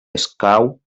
escau